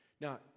Now